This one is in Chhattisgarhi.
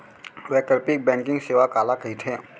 वैकल्पिक बैंकिंग सेवा काला कहिथे?